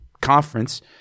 conference